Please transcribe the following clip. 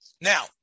Now